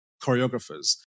Choreographers